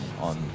on